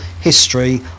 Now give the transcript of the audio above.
history